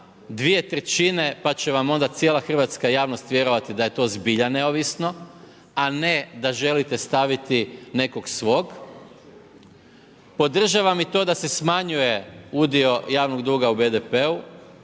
ga sa 2/3 pa će vam onda cijela Hrvatska javnost vjerovati da je to zbilja neovisno, a ne da želite staviti nekog svog. Podržavam i to da se smanjuje udio javnog duga u BDP-u